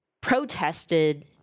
protested